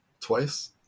twice